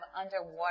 underwater